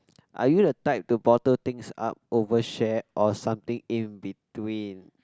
are you the type to bottle things up over share or something in between